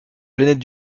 planètes